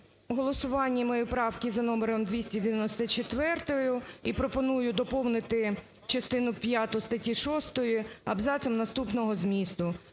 голосуванні моєї правки за номером 294 і пропоную доповнити частину п'яту статті 6 абзацом наступного змісту: